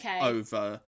over